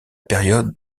période